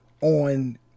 on